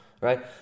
right